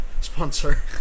sponsor